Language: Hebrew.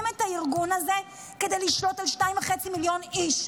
את הארגון הזה כדי לשלוט על 2.5 מיליון איש.